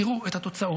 תראו את התוצאות.